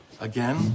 Again